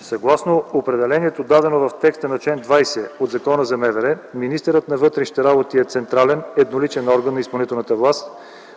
Съгласно определението в текста на чл. 20 от Закона за МВР министърът на вътрешните работи е централен едноличен орган на изпълнителната власт,